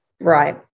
Right